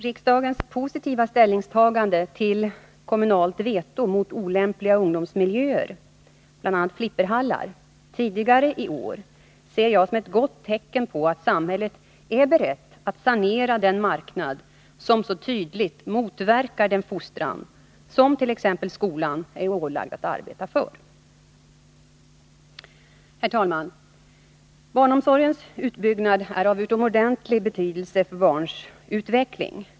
Riksdagens positiva ställningstagande tidigare i år till kommunalt veto mot olämpliga ungdomsmiljöer, bl.a. flipperhallar, ser jag som ett gott tecken på att samhället är berett att sanera den marknad som så tydligt motverkar den fostran som t.ex. skolan är ålagd att arbeta för. Herr talman! Barnomsorgens utbyggnad är av utomordentlig betydelse för barns utveckling.